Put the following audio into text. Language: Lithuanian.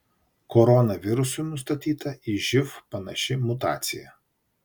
koronavirusui nustatyta į živ panaši mutacija